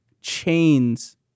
chains